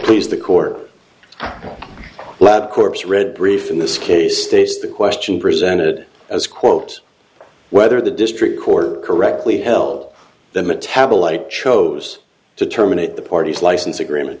release the quarter let corpse read briefs in this case states the question presented as quote whether the district court correctly held the metabolite chose to terminate the parties license agreement